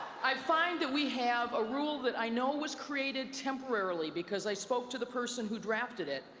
i find that we have a rule that i know was created temporarily, because i spoke to the person who drafted it.